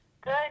good